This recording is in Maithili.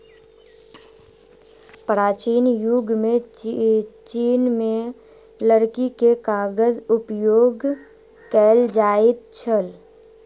प्राचीन युग में चीन में लकड़ी के कागज उपयोग कएल जाइत छल